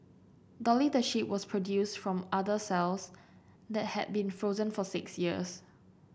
Dolly the sheep was produced from udder cells that had been frozen for six years